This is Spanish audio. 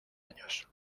años